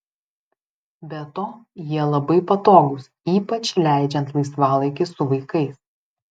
be to jie labai patogūs ypač leidžiant laisvalaikį su vaikais